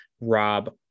Rob